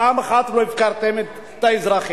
פעם אחת לא הפקרתם את האזרחים,